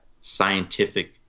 scientific